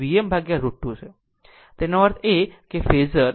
તેનો અર્થ એ કે ફેઝર